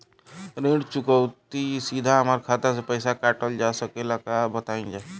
ऋण चुकौती सीधा हमार खाता से पैसा कटल जा सकेला का बताई जा?